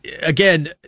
again